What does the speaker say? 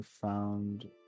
found